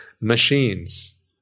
machines